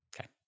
okay